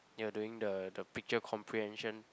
you're doing the the picture comprehension